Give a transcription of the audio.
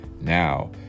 Now